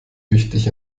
wichtig